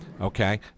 okay